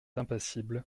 impassible